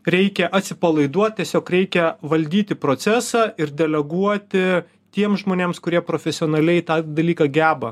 reikia atsipalaiduot tiesiog reikia valdyti procesą ir deleguoti tiem žmonėms kurie profesionaliai tą dalyką geba